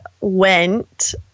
went